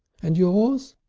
and yours?